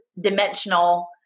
dimensional